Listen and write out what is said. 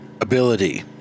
ability